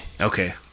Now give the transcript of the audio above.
Okay